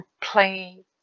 play